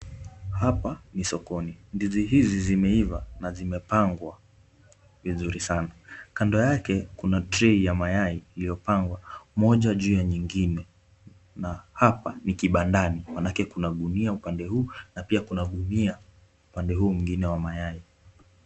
Hapa ni sokoni. Ndizi hizi zimeiva na zimepangwa vizuri sana. Kando yake kuna tray ya mayai iliyopangwa moja juu ya nyingine na hapa ni kibandani manake kuna gunia upande huu na pia kuna gunia upande huo mwingine wa mayai.